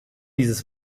dieses